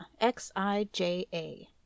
X-I-J-A